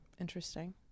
interesting